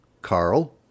Carl